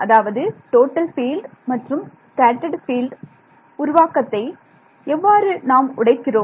அதாவது total field மற்றும் scattered உருவாக்கத்தை எவ்வாறு நாம் உடைக்கிறோம்